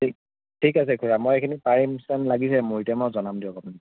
ঠিক ঠিক আছে খুৰা মই এইখিনি পাৰিম যেন লাগিছে মোৰ এতিয়া মই জনাম দিয়ক আপোনাক